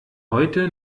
heute